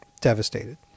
devastated